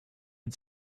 had